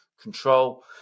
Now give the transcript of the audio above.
control